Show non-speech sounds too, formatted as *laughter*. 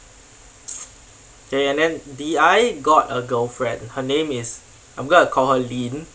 *noise* K and then D_I got a girlfriend her name is I'm gonna call her lynn